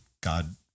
God